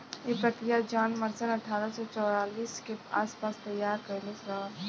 इ प्रक्रिया John Mercer अठारह सौ चौवालीस के आस पास तईयार कईले रहल